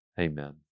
Amen